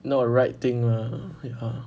not a right thing lah ya